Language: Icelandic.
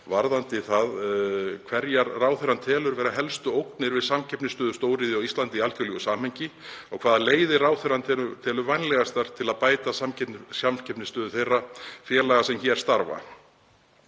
varðandi það hverjar ráðherrann telur vera helstu ógnir við samkeppnisstöðu stóriðju á Íslandi í alþjóðlegu samhengi og hvaða leiðir ráðherrann telur vænlegastar til að bæta samkeppnisstöðu þeirra félaga sem hér starfa.